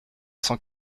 cent